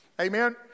Amen